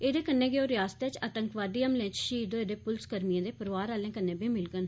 एहदे कन्नै गै ओह् रिआसतै च आतंकवादी हमलें च शहीद होए दे पुलसकर्मिएं दे परोआर आलें कन्नै बी मिलगंन